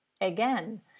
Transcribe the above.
Again